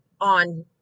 on